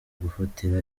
gufatira